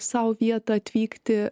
sau vietą atvykti